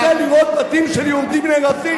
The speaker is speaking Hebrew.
מי שרוצה לראות בתים של יהודים נהרסים,